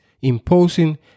imposing